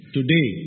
Today